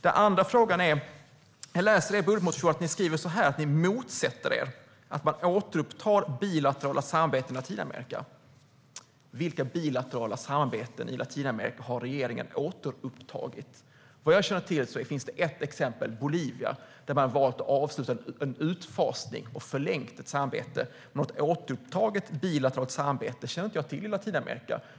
Den andra frågan jag har gäller att ni i er budgetmotion skriver att ni motsätter er återupptagna bilaterala samarbeten med Latinamerika. Vilka bilaterala samarbeten i Latinamerika har regeringen återupptagit? Vad jag känner till finns det ett exempel, nämligen Bolivia där man har valt att avsluta en utfasning och förlänga ett samarbete. Något återupptaget bilateralt samarbete i Latinamerika känner jag dock inte till.